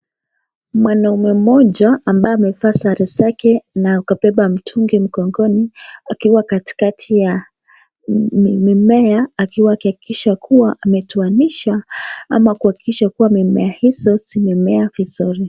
Mwanaume moja ambaye amevaa sare zake na kubeba mtungi mgongoni akiwa katikati ya mimea Akiwa akihakikisha kuwa ametoabisha au akiwa akiakikisha kuwa mimea haya imemea vizuri.